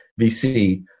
VC